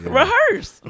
rehearse